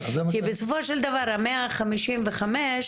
כי בסופו של דבר המאה חמישים וחמש,